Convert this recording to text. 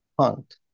Hunt